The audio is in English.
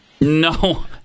No